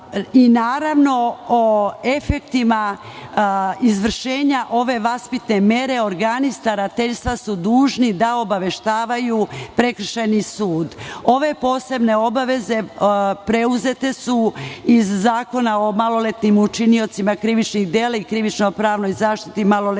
Naravno, o efektima izvršenja ove vaspitne mere organi starateljstva su dužni da obaveštavaju prekršajni sud. Ove posebne obaveze preuzete su iz Zakona o maloletnim učiniocima krivičnih dela i krivično-pravnoj zaštiti maloletnih lica